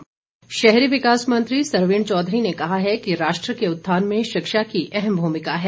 सरवीण चौधरी शहरी विकास मंत्री सरवीण चौधरी ने कहा है कि राष्ट्र के उत्थान में शिक्षा की अहम भूमिका है